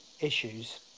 issues